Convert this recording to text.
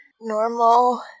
Normal